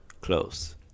Close